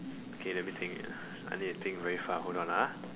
okay let me think I need to think very far hold on ah